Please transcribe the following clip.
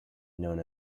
known